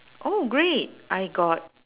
oh great I got